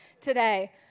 today